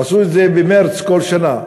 עשו את זה במרס כל שנה,